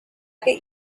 get